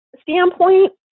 standpoint